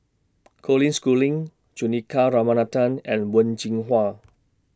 Colin Schooling Juthika Ramanathan and Wen Jinhua